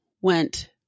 went